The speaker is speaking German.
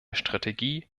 strategie